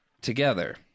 together